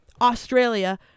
Australia